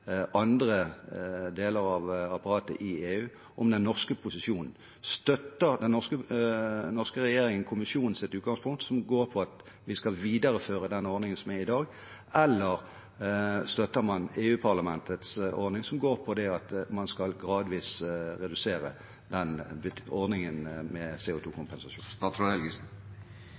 EU om den norske posisjonen. Støtter den norske regjeringen kommisjonens utgangspunkt, som går på at vi skal videreføre den ordningen som er i dag, eller støtter man EU-parlamentets ordning, som går på at man gradvis skal redusere ordningen med CO2-kompensasjon? Den